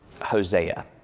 Hosea